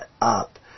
up